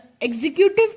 executive